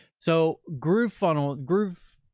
so groovefunnel, groovepages.